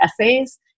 essays